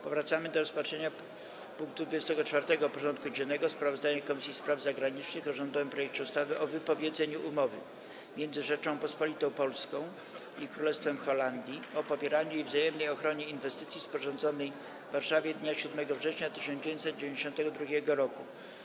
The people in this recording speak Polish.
Powracamy do rozpatrzenia punktu 24. porządku dziennego: Sprawozdanie Komisji Spraw Zagranicznych o rządowym projekcie ustawy o wypowiedzeniu Umowy między Rzecząpospolitą Polską i Królestwem Holandii o popieraniu i wzajemnej ochronie inwestycji, sporządzonej w Warszawie dnia 7 września 1992 r.